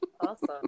Awesome